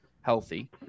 healthy